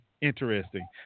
interesting